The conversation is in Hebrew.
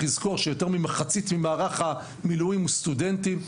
לזכור שיותר ממחצית ממערך המילואים הוא סטודנטים.